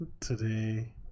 today